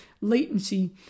latency